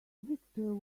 victor